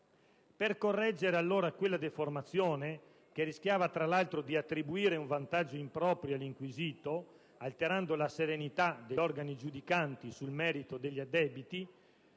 Per correggere allora quella deformazione, che rischiava tra l'altro di attribuire un vantaggio improprio all'inquisito, alterando la serenità degli organi giudicanti sul merito degli addebiti,